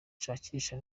nshakisha